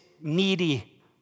needy